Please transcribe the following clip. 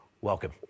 welcome